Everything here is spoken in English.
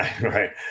Right